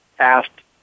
asked